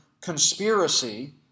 conspiracy